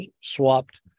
swapped